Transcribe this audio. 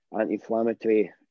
anti-inflammatory